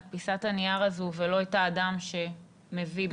את פיסת הנייר הזו ולא את האדם שמביא בגופו